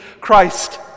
Christ